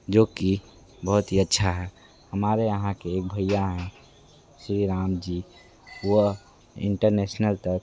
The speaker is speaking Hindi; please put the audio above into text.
जो कि बहुत ही अच्छा है हमारे यहाँ के एक भय्या हैं श्री राम जी वह इंटरनेसनल तक